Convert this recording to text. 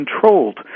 controlled